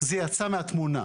זה יצא מהתמונה.